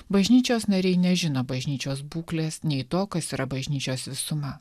bažnyčios nariai nežino bažnyčios būklės nei to kas yra bažnyčios visuma